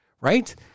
right